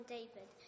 David